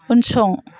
उनसं